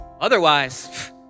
Otherwise